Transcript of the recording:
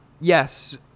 Yes